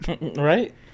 right